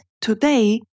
Today